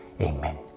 Amen